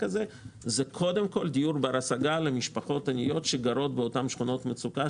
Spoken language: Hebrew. זה קודם כול דיור בר השגה למשפחות עניות שגרות באותן שכונות מצוקה,